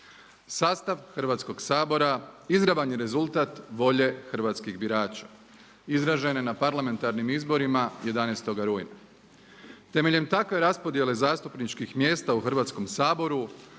Sastav Hrvatskog sabora izravan je rezultat volje hrvatskih birača izražene na parlamentarnim izborima 11. rujna. Temeljem takve raspodjele zastupničkih mjesta u Hrvatskom saboru